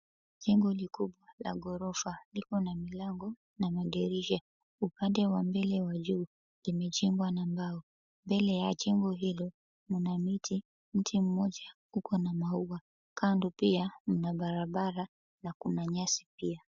Jengo likubwa la ghorofa liko na milango na madirisha, upande wa mbele wa juu imejengwa na mbao. Mbele ya jengo hilo mna miti, mti mmoja uko na maua, kando pia mna barabara na kuna nyasi pia.